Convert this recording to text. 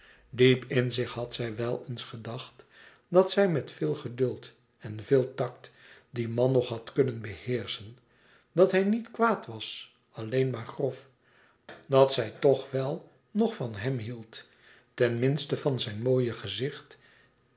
diep in zich had zij wel eens gedacht dat zij met veel geduld en veel tact dien man nog had kunnen beheerschen dat hij niet kwaad was alleen maar grof dat zij toch wel nog van hem hield ten minste van zijn mooie gezicht